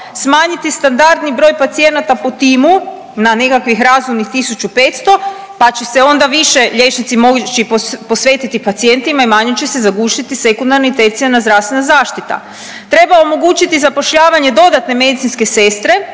smanjiti standardni broj pacijenata po timu na nekakvih razumnih 1.500, pa će se onda više liječnici moći posvetiti pacijentima i manje će se zagušiti sekundarna i tercijarna zdravstvena zaštita. Treba omogućiti zapošljavanje dodatne medicinske sestre